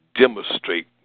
demonstrate